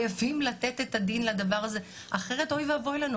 חייבים לתת את הדין לדבר הזה, אחרת אוי ואבוי לנו.